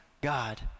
God